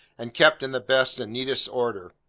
and kept in the best and neatest order.